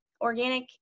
organic